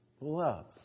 love